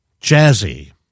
jazzy